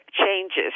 changes